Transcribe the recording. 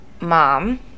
mom